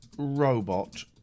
Robot